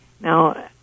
now